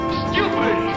stupid